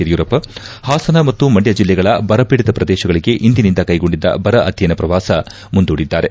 ಯಡಿಯೂರಪ್ಪ ಹಾಸನ ಮತ್ತು ಮಂಡ್ಡ ಜಿಲ್ಲೆಗಳ ಬರಪೀಡಿತ ಪ್ರದೇಶಗಳಿಗೆ ಇಂದಿನಿಂದ ಕೈಗೊಂಡಿದ್ದ ಬರ ಅಧ್ಯಯನ ಪ್ರವಾಸ ಮುಂದೂಡಿದ್ದಾರೆ